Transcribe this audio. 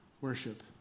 worship